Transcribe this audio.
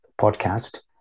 podcast